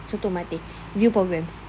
view programmes